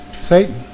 Satan